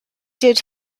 did